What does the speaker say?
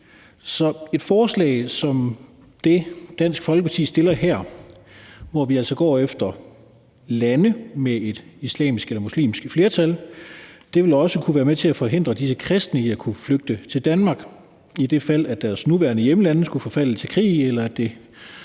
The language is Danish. Så et forslag som det, Dansk Folkeparti fremsætter her, hvor vi altså går efter lande med et islamisk eller muslimsk flertal, vil også kunne være med til at forhindre disse kristne i at kunne flygte til Danmark, i det tilfælde at deres nuværende hjemlande skulle forfalde til krig eller at –